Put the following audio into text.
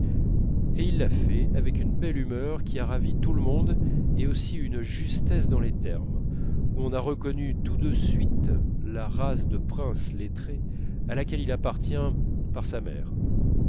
et il l'a fait avec une belle humeur qui a ravi tout le monde et aussi une justesse dans les termes où on a reconnu tout de suite la race de princes lettrés à laquelle il appartient par sa mère